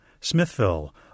Smithville